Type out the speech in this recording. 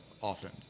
often